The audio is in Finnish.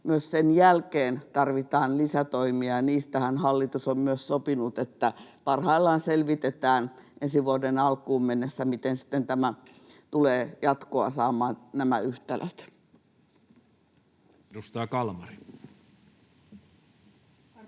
myös sen jälkeen tarvitaan lisätoimia. Niistähän hallitus on myös sopinut, että parhaillaan selvitetään, ensi vuoden alkuun mennessä, miten sitten tulevat jatkoa saamaan nämä yhtälöt. [Speech 245]